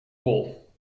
bol